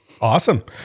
Awesome